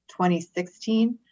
2016